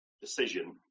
decision